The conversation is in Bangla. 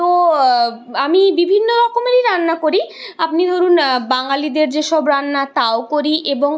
তো আমি বিভিন্ন রকমেরই রান্না করি আপনি ধরুন বাঙালিদের যেসব রান্না তাও করি এবং